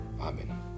Amen